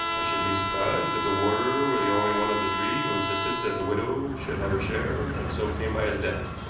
i shouldn't be surprised if the warder were the only one of the three who insisted that the widow should have her share, and so came by his death.